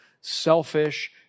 selfish